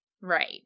Right